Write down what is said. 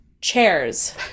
chairs